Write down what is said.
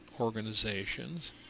organizations